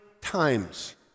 times